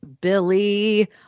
Billy